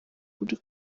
uri